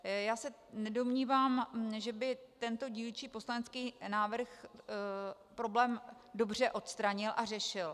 Já se nedomnívám, že by tento dílčí poslanecký návrh problém dobře odstranil a řešil.